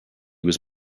was